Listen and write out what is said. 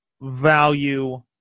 value